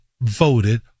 voted